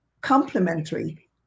complementary